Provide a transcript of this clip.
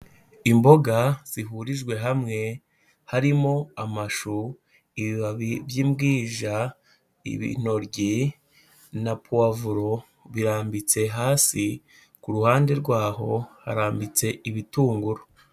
Imboga zihurijwe hamwe, harimo; amashu, ibibabi by'imbwija, intoryi na puwavuro birambitse hasi, ku ruhande rwaho harambitse ibitunguru.